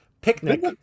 picnic